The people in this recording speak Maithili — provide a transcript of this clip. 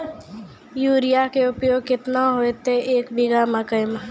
यूरिया के उपयोग केतना होइतै, एक बीघा मकई मे?